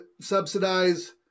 subsidize